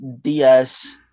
DS